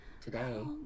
today